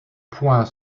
poing